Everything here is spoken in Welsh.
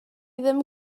ddim